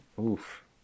Oof